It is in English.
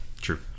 True